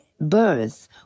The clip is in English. birth